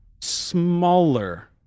smaller